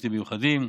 שירותים מיוחדים,